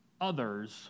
others